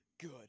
good